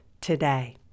today